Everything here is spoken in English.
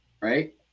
right